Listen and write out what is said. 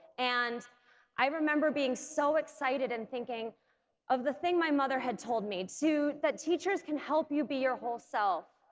and i remember being so excited and thinking of the thing my mother had told me that teachers can help you be your whole self.